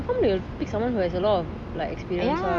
confirm they will pick someone who has a lot of like experience